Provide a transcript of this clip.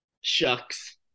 Shucks